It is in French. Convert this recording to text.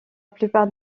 plupart